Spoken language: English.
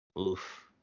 Oof